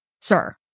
Sir